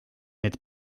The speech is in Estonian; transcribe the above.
need